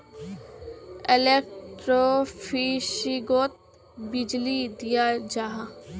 एलेक्ट्रोफिशिंगोत बीजली दियाल जाहा